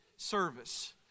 service